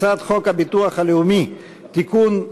הצעת חוק הביטוח הלאומי (תיקון,